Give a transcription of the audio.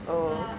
oh